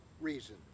reason